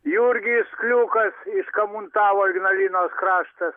jurgis kliukas iš kamuntavo ignalinos kraštas